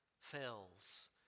fails